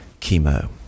chemo